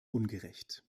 ungerecht